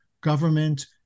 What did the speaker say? government